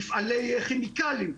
מפעלי כימיקלים,